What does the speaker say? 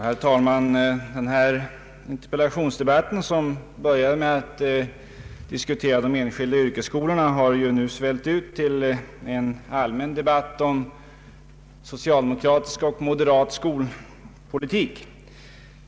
Herr talman! Denna interpellationsdebatt, som började med en diskussion om de enskilda yrkesskolorna, har svällt ut till en allmän debatt om socialdemokratisk och moderat skolpolitik.